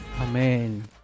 Amen